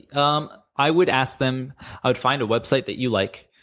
um i would ask them i would find a website that you like,